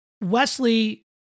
Wesley